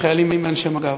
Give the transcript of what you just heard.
החיילים ואנשי מג"ב.